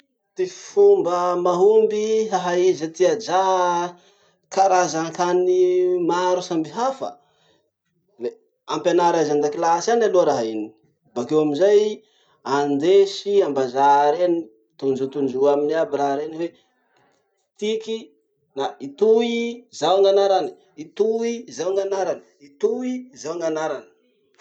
Ty fomba mahomby hahaiza ty ajà karazan-kany maro samby hafa. Le ampianary anazy andakilasy any aloha raha iny, bakeo amizay andesy ambazary eny, tondrotondro aminy aby raha reny hoe: tiky na itoy zao gn'agnarany, itoy zao gn'agnarany, itoy zao gn'agnarany.